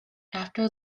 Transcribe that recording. after